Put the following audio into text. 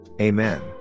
Amen